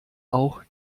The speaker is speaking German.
auch